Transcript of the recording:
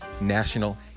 national